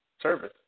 service